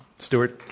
stuart.